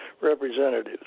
representatives